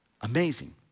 Amazing